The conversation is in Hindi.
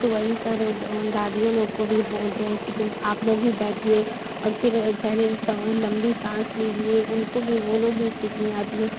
तो वही सर दादीयों लोग को भी बोलते हैं कि तुम आप लोग भी बैठिए और फिर पहले जैसे लंबी साँस लीजिए उनको भी वो लोग भी सीखने आती हैं